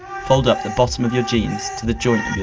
fold up the bottom of your jeans to the joint